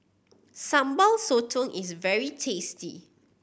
Sambal Sotong is very tasty